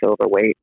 overweight